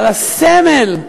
על הסמל,